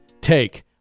take